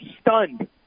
stunned